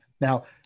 Now